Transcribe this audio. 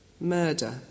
murder